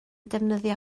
defnyddio